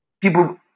people